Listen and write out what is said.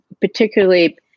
particularly